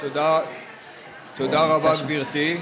תודה רבה, גברתי,